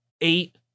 Eight